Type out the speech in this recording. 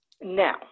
Now